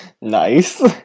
Nice